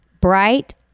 bright